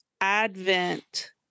Advent